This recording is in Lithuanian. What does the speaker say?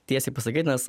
tiesiai pasakyt nes